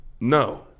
No